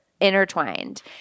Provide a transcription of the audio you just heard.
intertwined